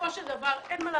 בסופו של דבר אין מה לעשות,